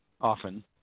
often